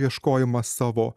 ieškojimas savo